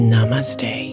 Namaste